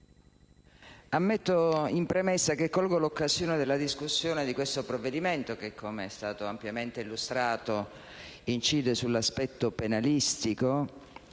ammetto in premessa di cogliere l'occasione della discussione di questo provvedimento, che - com'è stato ampiamente illustrato - incide sull'aspetto penalistico,